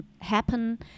happen